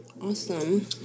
Awesome